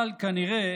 אבל כנראה